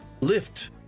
lift